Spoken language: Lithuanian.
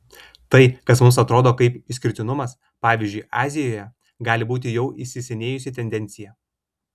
tai kas mums atrodo kaip išskirtinumas pavyzdžiui azijoje gali būti jau įsisenėjusi tendencija